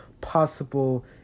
possible